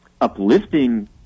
uplifting